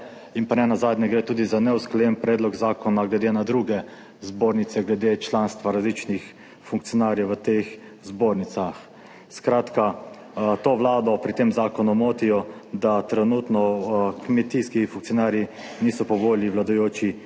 vlade. Nenazadnje gre tudi za neusklajen predlog zakona glede na druge zbornice, glede članstva različnih funkcionarjev v teh zbornicah. Skratka, to vlado pri tem zakonu motijo, da trenutno kmetijski funkcionarji niso po volji vladajoči